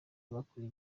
bakoreye